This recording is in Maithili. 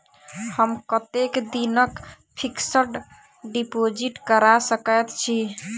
हम कतेक दिनक फिक्स्ड डिपोजिट करा सकैत छी?